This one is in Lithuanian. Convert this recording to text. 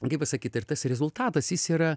kaip pasakyt ir tas rezultatas jis yra